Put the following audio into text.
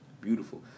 Beautiful